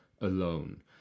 alone